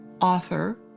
author